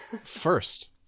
First